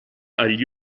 agli